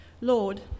Lord